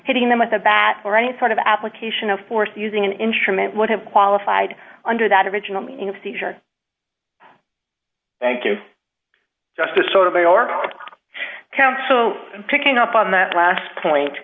hitting them with a bat or any sort of application of force using an instrument would have qualified under that original meaning of seizure thank you just a sort of a or a county so picking up on that last point